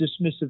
dismissive